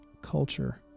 culture